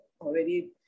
already